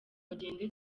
agenda